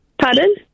Pardon